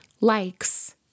likes